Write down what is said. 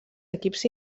equips